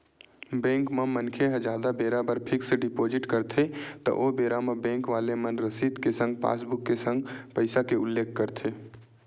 bank म मनखे ह जादा बेरा बर फिक्स डिपोजिट करथे त ओ बेरा म बेंक वाले मन रसीद के संग पासबुक के संग पइसा के उल्लेख करथे